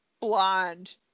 blonde